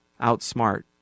outsmart